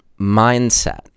mindset